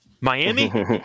Miami